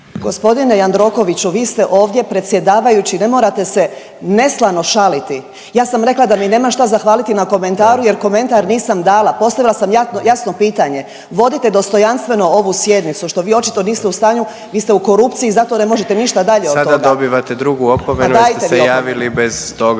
Gospodine Jandrokoviću vi ste ovdje predsjedavajući ne morate se neslano šaliti. Ja sam rekla da mi nema šta zahvaliti na komentaru jer komentar nisam dala. Postavila sam jasno pitanje. Vodite dostojanstveno ovu sjednicu što vi očito niste u stanju. Vi ste u korupciji zato ne možete ništa dalje od toga./… Sada dobivate drugu opomenu jer ste se javili …